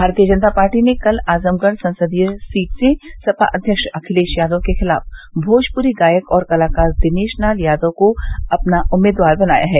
भारतीय जनता पार्टी ने कल आजमगढ़ संसदीय सीट से सपा अध्यक्ष अखिलेश यादव के खिलाफ भोजपुरी गायक और कलाकार दिनेश लाल यादव को अपना उम्मीदवार बनाया है